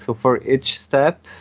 so for each step,